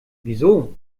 wieso